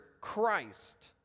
Christ